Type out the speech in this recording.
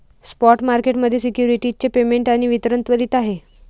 spot market मध्ये securities चे payment आणि वितरण त्वरित आहे